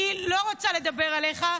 אני לא רוצה לדבר עליך,